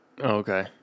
Okay